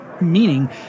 meaning